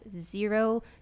zero